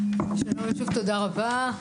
תודה רבה.